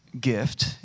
gift